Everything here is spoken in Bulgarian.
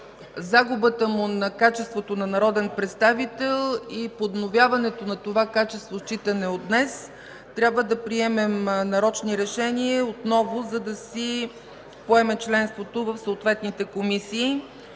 загубата му на качеството му на народен представител и подновяването на това качество, считано от днес, трябва да приемем нарочни решения отново, за да си поеме членството в съответните комисии.